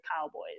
Cowboys